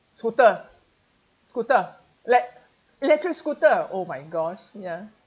scooter scooter like electric scooter oh my gosh ya